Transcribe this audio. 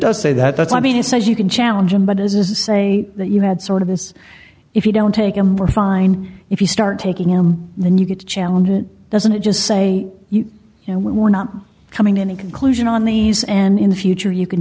does say that that's i mean he says you can challenge him but as a say that you had sort of this if you don't take him we're fine if you start taking him then you could challenge it doesn't it just say you know what we're not coming to any conclusion on these and in the future you can